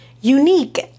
Unique